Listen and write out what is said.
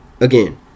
again